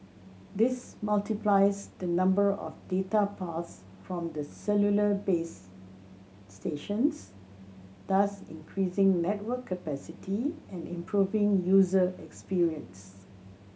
this multiplies the number of data paths from the cellular base stations thus increasing network capacity and improving user experience